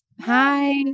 hi